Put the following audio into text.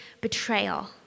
betrayal